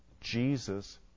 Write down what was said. Jesus